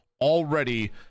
already